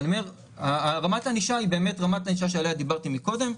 אבל רמת הענישה היא באמת זו שדיברתי עליה קודם.